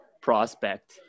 prospect